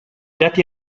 dati